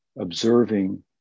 observing